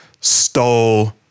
stole